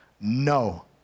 No